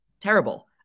terrible